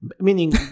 meaning